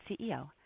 CEO